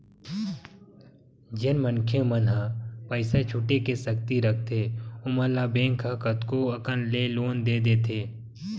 जेन मनखे मन ह पइसा छुटे के सक्ति रखथे ओमन ल बेंक ह कतको अकन ले लोन दे देथे